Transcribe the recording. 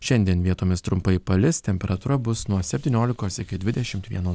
šiandien vietomis trumpai palis temperatūra bus nuo septyniolikos iki dvidešimt vieno